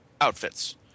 outfits